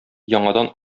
яңадан